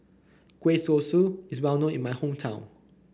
Kueh Kosui is well known in my hometown